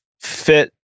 fit